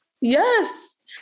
yes